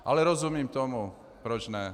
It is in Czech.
Ale rozumím tomu proč ne.